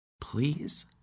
Please